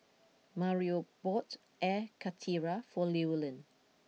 Mario bought Air Karthira for Llewellyn